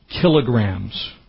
kilograms